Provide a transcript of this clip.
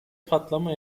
patlama